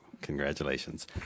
Congratulations